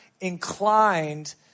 inclined